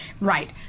Right